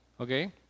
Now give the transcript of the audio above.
Okay